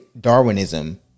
Darwinism